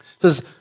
says